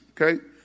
Okay